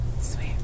Sweet